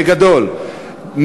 בגדול,